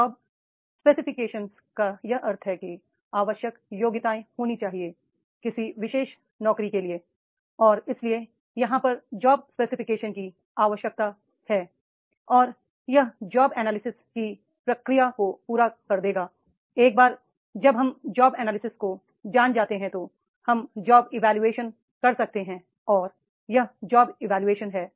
job specification का यह अर्थ है कि आवश्यक योग्यताएं होनी चाहिए किसी विशेष नौकरी के लिए और इसीलिए यहां पर जॉब स्पेसिफिकेशन की आवश्यकता है और यह जॉब एनालिसिस की प्रक्रिया को पूरा कर देगा एक बार जब हम जॉब एनालिसिस को जान जाते हैं तो हम जॉब इवोल्यूशन कर सकते हैं और यह जॉब इवोल्यूशन है